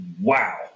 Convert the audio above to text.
wow